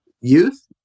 youth